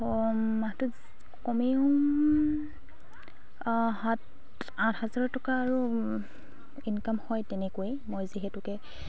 মাহটোত কমেও সাত আঠ হাজাৰ টকা আৰু ইনকাম হয় তেনেকৈ মই যিহেতুকে